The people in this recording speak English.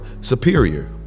superior